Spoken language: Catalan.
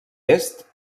est